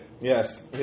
Yes